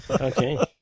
Okay